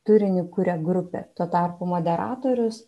turinį kuria grupė tuo tarpu moderatorius